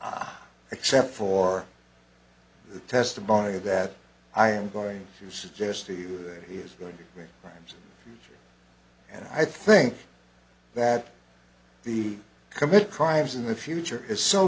except for the testimony that i am going to suggest to you that he is going to get ramsey and i think that the commit crimes in the future is so